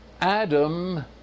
Adam